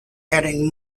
adding